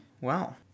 wow